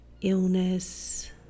illness